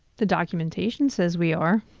the documentation says we are.